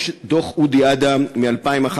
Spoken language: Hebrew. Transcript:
יש דוח אודי אדם מ-2011,